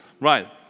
right